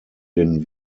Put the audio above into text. den